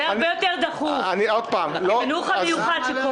זה הרבה יותר דחוף, החינוך המיוחד שקורס.